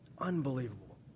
Unbelievable